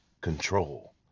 control